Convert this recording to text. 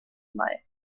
mai